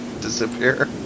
Disappear